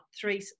three